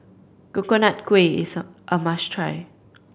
Coconut Kuih is a must try